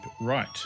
right